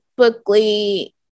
Typically